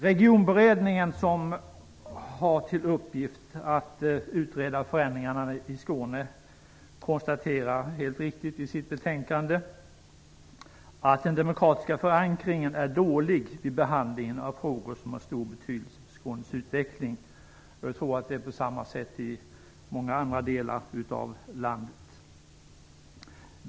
Regionberedningen, som har till uppgift att utreda förändringen i Skåne, konstaterar i sitt betänkande helt riktigt att den demokratiska förankringen är dålig vid behandlingen av frågor som har stor betydelse för Skånes utveckling. Jag tror att det är på samma sätt i många andra delar av landet.